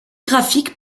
graphiques